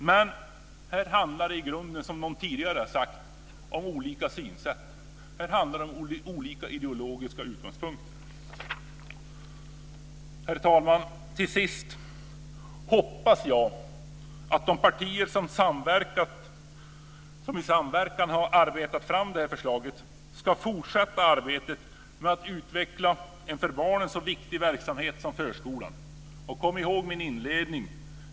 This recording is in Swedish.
Men här handlar det i grunden, som någon tidigare sagt, om olika synsätt, om olika ideologiska utgångspunkter. Herr talman! Till sist vill jag säga att jag hoppas att de partier som i samverkan har arbetat fram det här förslaget ska fortsätta arbetet med att utveckla en för barnen så viktig verksamhet som förskolan. Kom ihåg mina inledande ord!